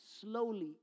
slowly